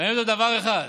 מעניין אותו דבר אחד,